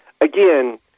again